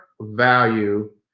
value